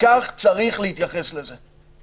וכך צריך להתייחס לזה.